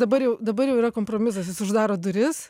dabar jau dabar jau yra kompromisas jis uždaro duris